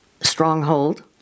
stronghold